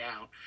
out